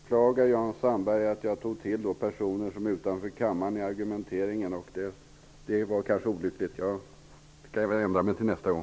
Herr talman! Jag beklagar, Jan Sandberg, att jag i min argumentering nämnde en person som inte längre sitter med i riksdagens kammare. Det var kanske olyckligt. Jag får väl tänka på det till nästa gång.